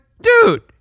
dude